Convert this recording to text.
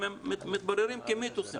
הם מתבררים כמיתוסים.